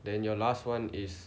then your last one is